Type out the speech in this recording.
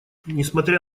несмотря